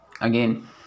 Again